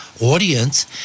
audience